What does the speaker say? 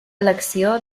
elecció